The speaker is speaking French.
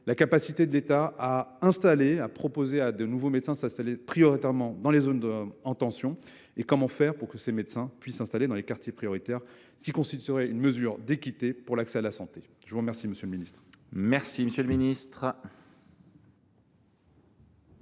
la capacité de l’État à proposer à de nouveaux médecins de s’établir prioritairement dans les zones en tension : comment faire pour que ces médecins puissent s’installer dans les quartiers prioritaires, ce qui constituerait une mesure d’équité pour l’accès à la santé ? La parole est à M. le ministre. Monsieur le sénateur